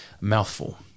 mouthful